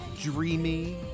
dreamy